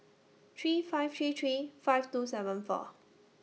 three five three three five two seven four